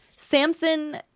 Samson